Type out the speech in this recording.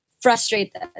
frustrated